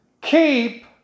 Keep